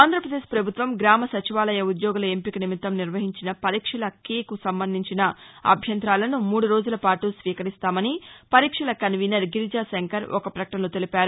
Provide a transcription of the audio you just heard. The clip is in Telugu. ఆంధ్రప్రదేశ్ ప్రభుత్వం గ్రామ సచివాలయ ఉద్యోగుల ఎంపిక నిమిత్తం నిర్వహించిన పరీక్షల కీ కు సంబంధించిన అభ్యంతరాలను మూడు రోజులపాటు స్వీకరిస్తామని పరీక్షల కన్వీనర్ గిరిజాశంకర్ ఒక ప్రకటనలో తెలిపారు